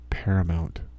paramount